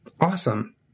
awesome